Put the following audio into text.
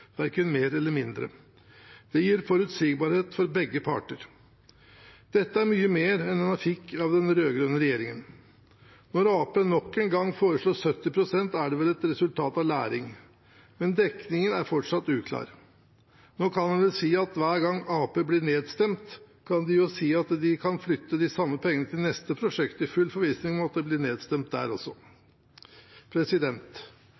verken mer eller mindre. Det gir forutsigbarhet for begge parter. Dette er mye mer enn hva man fikk av den rød-grønne regjeringen. Når Arbeiderpartiet nok en gang foreslår 70 pst., er det vel et resultat av læring. Men dekningen er fortsatt uklar. Nå kan jo Arbeiderpartiet hver gang de blir nedstemt, si at de kan flytte de samme pengene til neste prosjekt, i full forvissning om at det blir nedstemt der også.